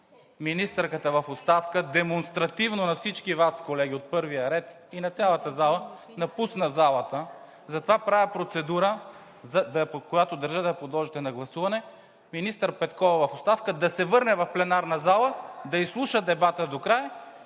министърката в оставка демонстративно на всички Вас, колеги от първия ред и на цялата зала, напусна залата. Затова правя процедура, която държа да я подложите на гласуване – министър Петкова в оставка да се върне в пленарната зала, да изслуша дебата докрай,